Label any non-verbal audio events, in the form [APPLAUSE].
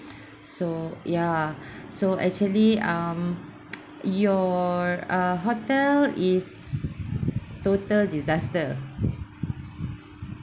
so ya so actually um [NOISE] your uh hotel is total disaster